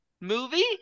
movie